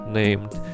named